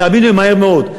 תאמינו לי, מהר מאוד.